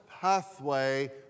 pathway